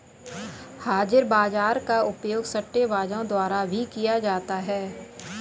हाजिर बाजार का उपयोग सट्टेबाजों द्वारा भी किया जाता है